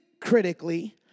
critically